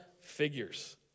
figures